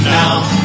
now